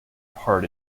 part